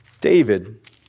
David